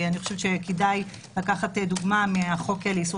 אני חושבת שכדאי לקחת דוגמה מחוק לאיסור